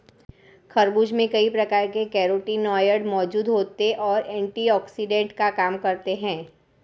खरबूज में कई प्रकार के कैरोटीनॉयड मौजूद होते और एंटीऑक्सिडेंट का काम करते हैं